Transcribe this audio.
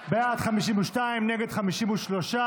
ביטול האפשרות לצוות על עיכוב יציאה מהארץ בגין חוב כספי נמוך),